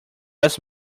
just